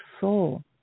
soul